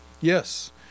Yes